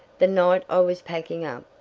the night i was packing up,